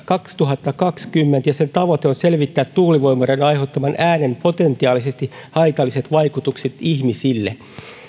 kaksituhattakaksikymmentä ja sen tavoite on selvittää tuulivoimaloiden aiheuttaman äänen potentiaalisesti haitalliset vaikutukset ihmisille